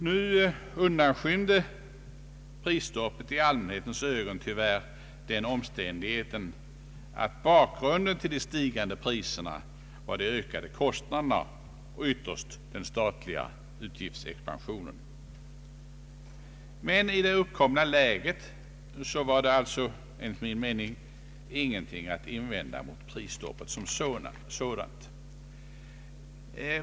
Tyvärr undanskymde prisstoppet i allmänhetens ögon den omständigheten att bakgrunden till de stigande priserna var de ökade kostnaderna och ytterst den statliga utgiftsexpansionen. Men i det uppkomna läget finns enligt min mening ingenting att invända mot prisstoppet som sådant.